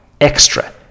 extra